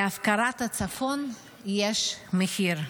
להפקרת הצפון יש מחיר,